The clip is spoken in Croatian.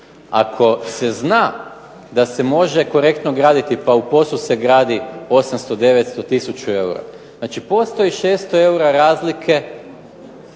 ako se zna da se može korektno graditi pa u POS-u se gradi 800, 900, 1000 eura, znači postoji 600 eura razlike,